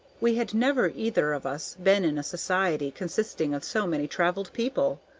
we had never either of us been in a society consisting of so many travelled people!